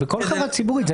זה בכל חברה ציבורית,